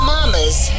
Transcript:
Mama's